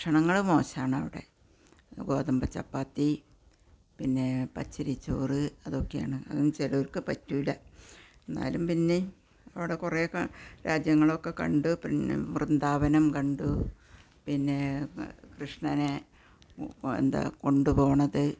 ഭക്ഷണങ്ങള് മോശമാണ് അവിടെ ഗോതമ്പ് ചപ്പാത്തി പിന്നെ പച്ചരിച്ചോറ് അതൊക്കെ ആണ് അതും ചെലവർക്ക് പറ്റൂല്ല എന്നാലും പിന്നെ അവിടെ കുറേയൊക്കെ രാജ്യങ്ങളൊക്കെ കണ്ടു പിന്നെ വൃന്ദാവനം കണ്ടു പിന്നെ കൃഷ്ണനെ എന്താ കൊണ്ടുപോണത്